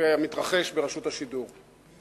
כלפי המתרחש ברשות השידור.